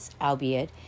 albeit